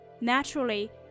Naturally